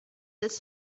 ist